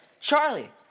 Charlie